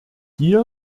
hier